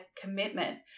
commitment